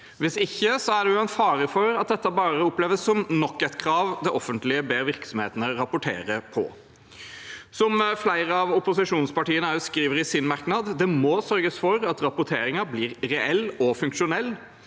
hvis ikke er det fare for at dette bare oppleves som nok et krav det offentlige ber virksomhetene rapportere på. Som flere av opposisjonspartiene skriver i sin merknad, må det sørges for at rapporteringen blir «reell og funksjonell»,